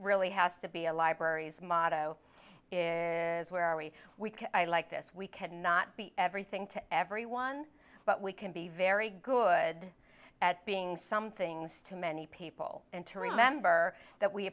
really has to be a library's motto is where we we can i like this we cannot be everything to everyone but we can be very good at being some things to many people and to remember that we